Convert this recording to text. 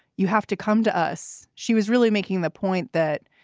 you have to come to us. she was really making the point that,